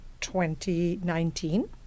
2019